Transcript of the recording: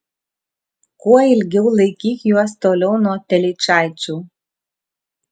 kuo ilgiau laikyk juos toliau nuo telyčaičių